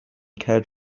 cared